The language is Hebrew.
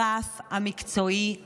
הרף המקצועי עלה.